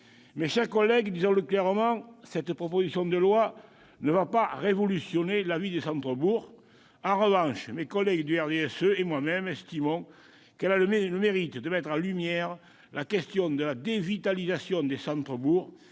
Mes chers collègues, disons-le clairement, cette proposition de loi ne va pas révolutionner la vie des centres-bourgs. En revanche, mes collègues du RDSE et moi-même estimons qu'elle a le mérite de mettre en lumière la question de la dévitalisation des centres-bourgs